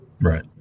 Right